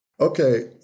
Okay